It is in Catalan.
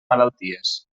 malalties